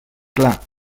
clar